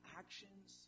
actions